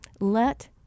Let